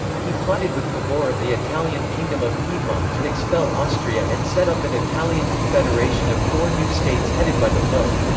he plotted with cavour of the italian kingdom of piedmont to expel austria and set up an italian confederation of four new states headed by the pope.